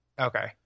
Okay